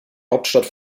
hauptstadt